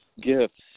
gifts